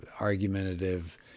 argumentative